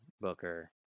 booker